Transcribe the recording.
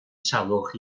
salwch